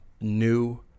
new